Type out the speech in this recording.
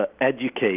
educate